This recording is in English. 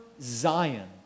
Zion